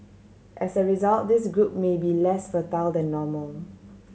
as a result this group may be less fertile than normal